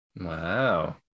Wow